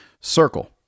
Circle